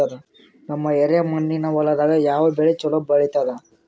ನಮ್ಮ ಎರೆಮಣ್ಣಿನ ಹೊಲದಾಗ ಯಾವ ಬೆಳಿ ಚಲೋ ಬೆಳಿತದ?